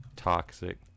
Toxic